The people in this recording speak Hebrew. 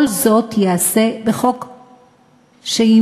כל זאת ייעשה בחוק שיוגש,